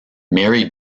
mary